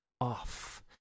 Off